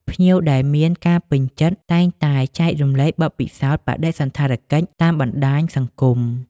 ភ្ញៀវដែលមានការពេញចិត្តតែងតែចែករំលែកបទពិសោធន៍បដិសណ្ឋារកិច្ចតាមបណ្តាញសង្គម។